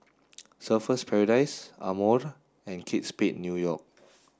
Surfer's Paradise Amore and Kate Spade New York